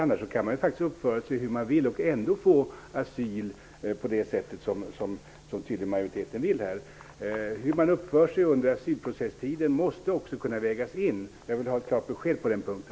Annars kan man ju faktiskt uppföra sig hur man vill och ändå få asyl, så som majoriteten tydligen vill. Hur man uppför sig under asylprocessen måste också kunna vägas in. Jag vill ha ett klart besked på den punkten.